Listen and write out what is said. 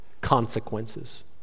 consequences